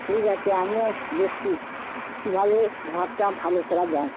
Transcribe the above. ঠিক আছে আমিও দেখছি কীভাবে ঘরটা ভালো করা যায়